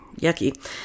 Yucky